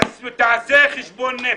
תעשה חשבון נפש.